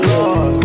Lord